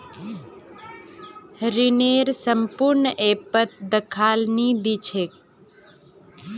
ऋनेर संपूर्ण विवरण ऐपत दखाल नी दी छेक